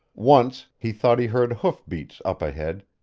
once, he thought he heard hoofbeats up ahead,